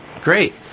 Great